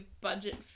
budget